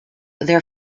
their